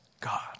God